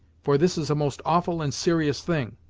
for this is a most awful and serious thing.